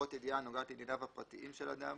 לרבות ידיעה הנוגעת לענייניו הפרטיים של אדם,